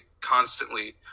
constantly